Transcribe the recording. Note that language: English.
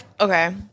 okay